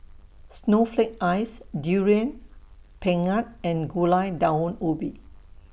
Snowflake Ice Durian Pengat and Gulai Daun Ubi